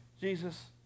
Jesus